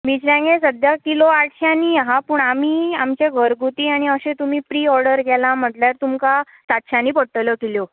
मिरसांगे सद्याक किलो आठश्यांनी आसा पूण आमी आमचे घरगूती आनी अशें तुमी प्री ओडर केलां म्हणल्यार तुमकां सातश्यांनी पडटल्यो किलो